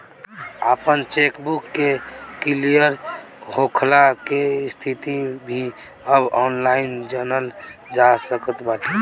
आपन चेकबुक के क्लियर होखला के स्थिति भी अब ऑनलाइन जनल जा सकत बाटे